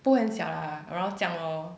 不会很小啦 around 这样 lor